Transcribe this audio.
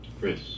Chris